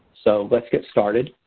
so, let's get started.